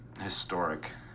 Historic